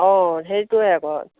অঁ সেইটোৱে আকৌ